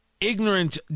ignorant